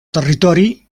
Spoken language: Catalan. territori